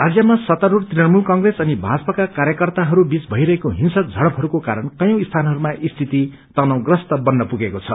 राज्यमा सत्तास्ढ़ तृणमूल क्प्रेस अनि भाजपाका कार्यकर्ताहरू बीघ भइरहेको हिम्रक सङ्गपहरूको कारण कयी स्थानहरूमा स्थिति तनावप्रस्त बन्न पुगेको छ